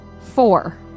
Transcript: four